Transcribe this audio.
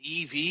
EV